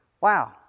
wow